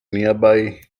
nearby